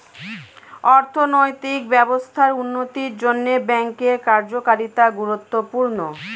অর্থনৈতিক ব্যবস্থার উন্নতির জন্যে ব্যাঙ্কের কার্যকারিতা গুরুত্বপূর্ণ